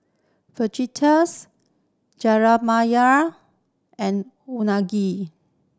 Fajitas and Unagi